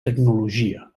tecnologia